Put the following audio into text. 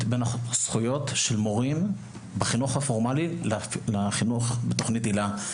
בין הזכויות של מורים בחינוך הפורמאלי לחינוך בתוכנית היל"ה.